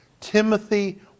Timothy